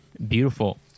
Beautiful